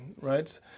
right